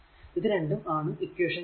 ഇത് രണ്ടും ആണ് ഇക്വേഷൻ 26